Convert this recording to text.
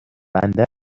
بنده